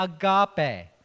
agape